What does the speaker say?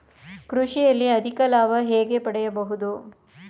ಕೃಷಿಯಲ್ಲಿ ಅಧಿಕ ಲಾಭ ಹೇಗೆ ಪಡೆಯಬಹುದು?